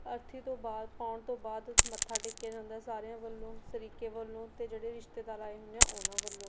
ਅਰਥੀ ਤੋਂ ਬਾਅਦ ਪਾਉਣ ਤੋਂ ਬਾਅਦ ਮੱਥਾ ਟੇਕਿਆ ਜਾਂਦਾ ਸਾਰਿਆਂ ਵੱਲੋਂ ਸਰੀਕੇ ਵੱਲੋਂ ਅਤੇ ਜਿਹੜੇ ਰਿਸ਼ਤੇਦਾਰ ਆਏ ਹੁੰਦੇ ਆ ਉਹਨਾਂ ਵੱਲੋਂ